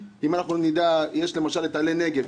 יש למשל את עלה נגב,